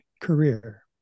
career